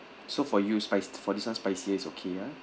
so for you spi~ for this one spicy is okay ya